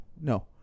No